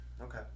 Okay